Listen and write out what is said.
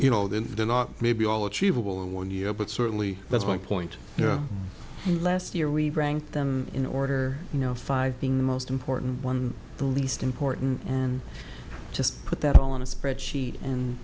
you know that they're not maybe all achievable in one year but certainly that's my point yeah last year we ranked them in order you know five being the most important one the least important and just put that on a spreadsheet and